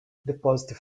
deposits